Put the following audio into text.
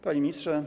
Panie Ministrze!